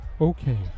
Okay